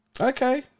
Okay